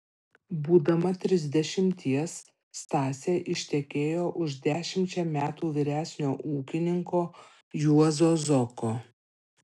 būdama trisdešimties stasė ištekėjo už dešimčia metų vyresnio ūkininko juozo zoko